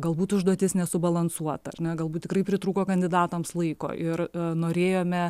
galbūt užduotis nesubalansuota ar ne galbūt tikrai pritrūko kandidatams laiko ir norėjome